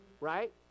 right